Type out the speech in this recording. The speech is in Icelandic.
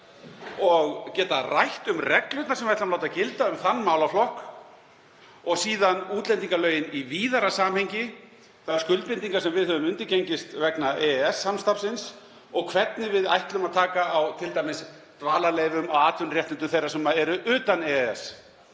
og geta rætt um reglurnar sem við ætlum að láta gilda um þann málaflokk og síðan útlendingalögin í víðara samhengi, þær skuldbindingar sem við höfum undirgengist vegna EES-samstarfsins og hvernig við ætlum að taka á t.d. dvalarleyfum og atvinnuréttindum þeirra sem eru utan EES.